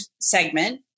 segment